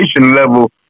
level